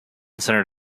center